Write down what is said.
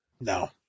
no